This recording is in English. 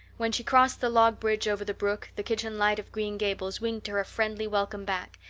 when she crossed the log bridge over the brook the kitchen light of green gables winked her a friendly welcome back,